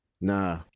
Nah